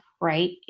right